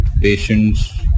patients